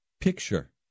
picture